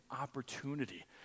opportunity